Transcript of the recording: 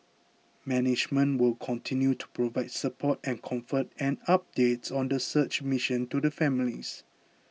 management will continue to provide support and comfort and updates on the search mission to the families